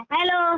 Hello